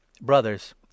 brothers